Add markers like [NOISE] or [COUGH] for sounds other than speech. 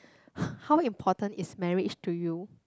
[BREATH] how important is marriage to you